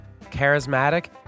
charismatic